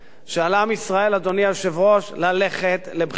שעל עם ישראל, אדוני היושב-ראש, ללכת לבחירות.